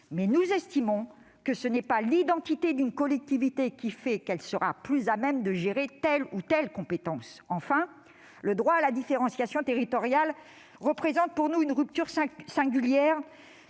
». Pourtant, ce n'est pas l'identité d'une collectivité qui la rend plus à même de gérer telle ou telle compétence. Enfin, le droit à la différenciation territoriale représente une rupture singulière,